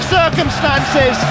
circumstances